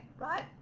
right